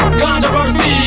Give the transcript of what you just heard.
controversy